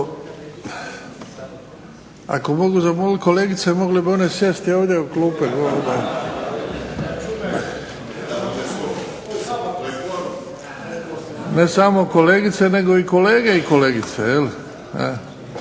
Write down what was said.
Ako mogu zamoliti kolegice, one bi mogle sjesti ovdje u klupe gore. Ne samo kolegice nekog i kolege i kolegice.